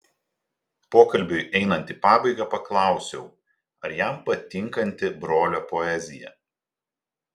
pokalbiui einant į pabaigą paklausiau ar jam patinkanti brolio poezija